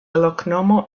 loknomo